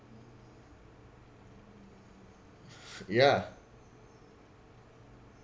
yeah